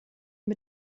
mit